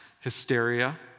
hysteria